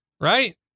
Right